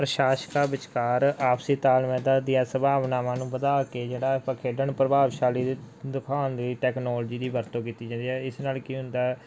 ਪ੍ਰਸ਼ਾਸਕਾਂ ਵਿਚਕਾਰ ਆਪਸੀ ਤਾਲਮੇਲਾਂ ਦੀਆਂ ਸੰਭਾਵਨਾਵਾਂ ਨੂੰ ਵਧਾ ਕੇ ਜਿਹੜਾ ਆਪਾਂ ਖੇਡਾਂ ਨੂੰ ਪ੍ਰਭਾਵਸ਼ਾਲੀ ਦਿਖਾਉਣ ਲਈ ਟੈਕਨੋਲਜੀ ਦੀ ਵਰਤੋਂ ਕੀਤੀ ਜਾਂਦੀ ਹੈ ਇਸ ਨਾਲ ਕੀ ਹੁੰਦਾ